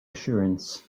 assurance